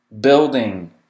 building